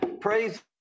Praise